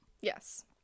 Yes